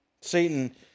Satan